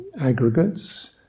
aggregates